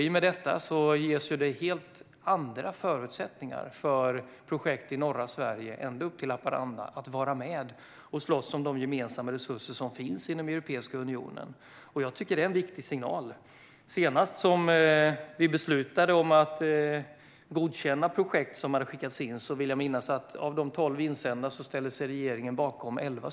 I och med detta ges helt andra förutsättningar för projekt i norra Sverige, ända upp till Haparanda, att vara med och slåss om de gemensamma resurser som finns inom Europeiska unionen. Jag tycker att det är en viktig signal. Senast regeringen beslutade om projektansökningar som hade skickats in vill jag minnas att vi godkände elva av tolv.